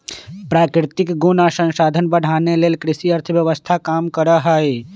प्राकृतिक गुण आ संसाधन बढ़ाने लेल कृषि अर्थव्यवस्था काम करहइ